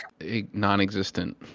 non-existent